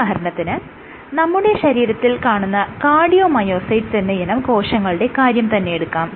ഉദാഹരണത്തിന് നമ്മുടെ ശരീരത്തിൽ കാണുന്ന കാർഡിയോമയോസൈറ്സ് എന്നയിനം കോശങ്ങളുടെ കാര്യം തന്നെയെടുക്കാം